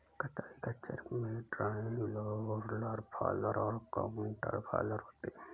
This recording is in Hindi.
कताई खच्चर में ड्रॉइंग, रोलर्स फॉलर और काउंटर फॉलर होते हैं